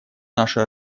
наши